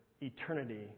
eternity